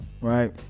right